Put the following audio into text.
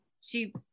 she-